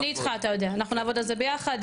אנחנו נעבוד על זה ביחד,